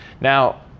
Now